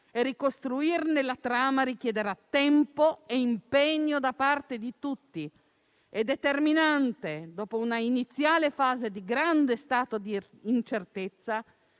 e ricostruirne la trama richiederà tempo e impegno da parte di tutti. È determinante, dopo una iniziale fase di grande incertezza,